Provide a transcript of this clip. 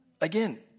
Again